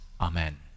Amen